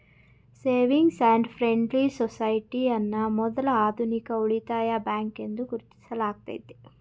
savings and friendly society ಅನ್ನ ಮೊದ್ಲ ಆಧುನಿಕ ಉಳಿತಾಯ ಬ್ಯಾಂಕ್ ಎಂದು ಗುರುತಿಸಲಾಗೈತೆ